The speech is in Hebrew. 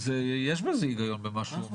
יש בזה הגיון במה שהוא אומר.